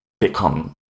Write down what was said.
become